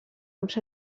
uns